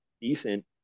decent